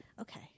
Okay